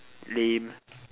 lame